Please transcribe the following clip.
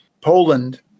Poland